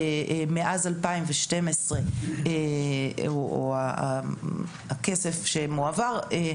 או הכסף שמועבר,